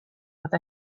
with